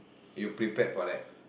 you prepared for that